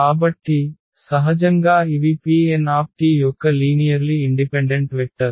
కాబట్టి సహజంగా ఇవి Pnt యొక్క లీనియర్లి ఇండిపెండెంట్ వెక్టర్స్